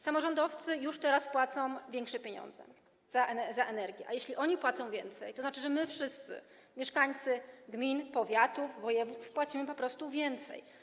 Samorządowcy już teraz płacą większe pieniądze za energię, a jeśli oni płacą więcej, tzn. że my wszyscy, mieszkańcy gmin, powiatów, województw, po prostu płacimy więcej.